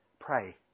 pray